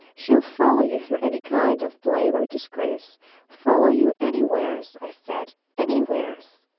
she'll follow you through any kind of blame or disgrace follow you anywheres, i said anywheres!